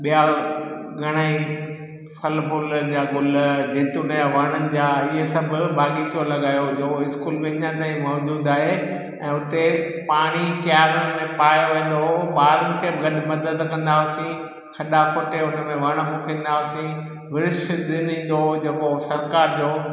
ॿिया घणेई फल फुल जा गुल जेतुन जा वणनि जा इहे सभु बाग़ीचो लॻायो हूंदो स्कूल वेंदा आहिनि त इहे मौज़ूदु आहे ऐं उते पाणी क्यारनि में पायो वेंदो हुओ बारनि खे गॾु मदद कंदा हुआसीं खॾा खोटे हुन में वण पोखींदा हुआसीं वृक्ष दिन ईंदो हुओ जेको सरकारि जो